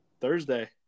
Thursday